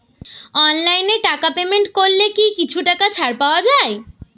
অনলাইনে টাকা পেমেন্ট করলে কি কিছু টাকা ছাড় পাওয়া যায়?